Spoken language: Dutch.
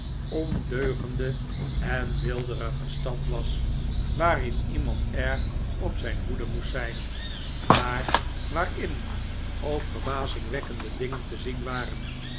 ondeugende en weelderige stad was waarin iemand erg op zijn hoede moest zijn maar waarin ook verbazingwekkende dingen te zien waren